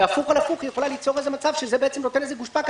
יכול ליצור בהפוך על הפוך מצב שזה נותן גושפנקה,